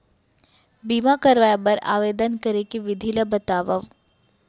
बीमा करवाय बर आवेदन करे के विधि ल बतावव?